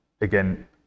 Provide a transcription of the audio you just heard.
again